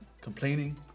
complaining